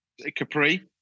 Capri